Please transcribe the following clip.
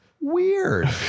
weird